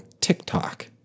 TikTok